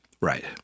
Right